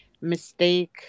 mistake